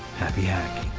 happy hacking!